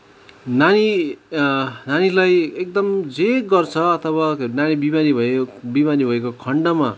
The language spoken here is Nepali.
नानी नानीलाई एकदम जे गर्छ अथवा नानी बिमारी भयो बिमारी भएको खण्डमा